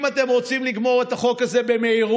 אם אתם רוצים לגמור את החוק הזה במהירות,